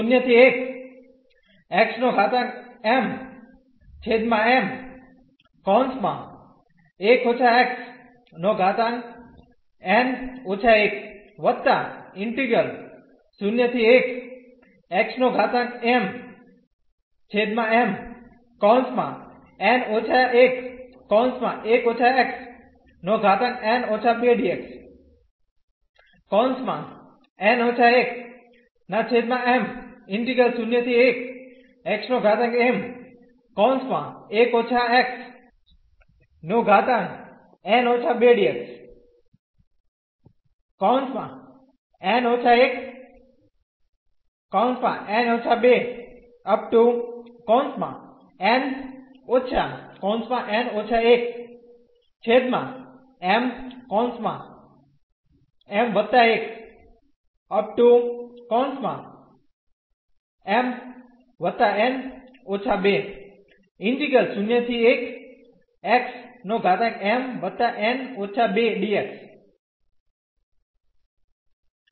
તેથી આ અહીં આના ઈન્ટિગ્રલ હશે